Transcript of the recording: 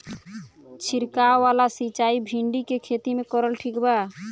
छीरकाव वाला सिचाई भिंडी के खेती मे करल ठीक बा?